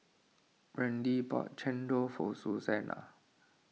Brandie bought Chendol for Suzanna